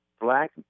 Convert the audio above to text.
Black